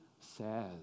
says